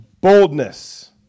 boldness